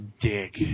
dick